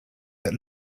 that